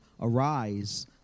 arise